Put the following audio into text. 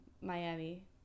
Miami